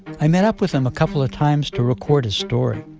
i met up with him a couple of times to record his story.